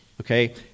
okay